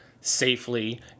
safely